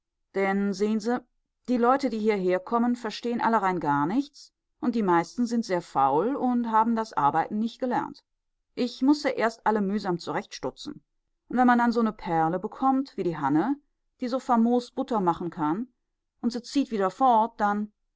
denn sehen sie die leute die hierherkommen verstehen alle rein gar nichts und die meisten sind sehr faul und haben das arbeiten nich gelernt ich muß sie erst alle mühsam zurechtstutzen und wenn man dann mal so ne perle bekommt wie die hanne die so famos butter machen kann und sie zieht wieder fort dann